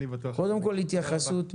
קודם כל, התייחסות במלים,